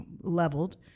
leveled